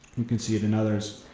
you can see it in others.